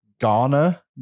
Ghana